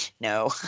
No